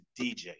DJ